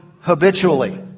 habitually